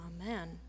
Amen